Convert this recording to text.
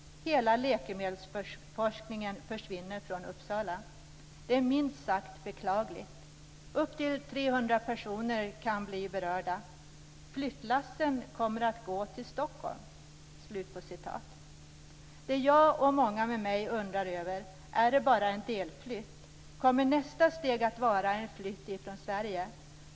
Hela läkemedelsforskningen försvinner från Uppsala. Det är minst sagt beklagligt. Upp till 300 personer kan bli berörda. Flyttlassen kommer att gå till Stockholm." Det jag och många med mig undrar över är om det bara är en delflytt. Kommer nästa steg att vara en flytt ifrån Sverige?